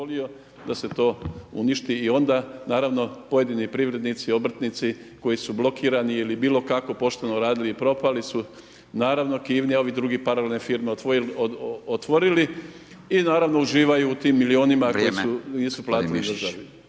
da se to uništi i onda naravno pojedini privrednici i obrtnici koji su blokirani ili bilo kako pošteno radili i propali su naravno kivni, a ovi drugi paralelne firme otvorili i naravno uživaju u tim milionima …/Upadica: